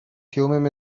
thummim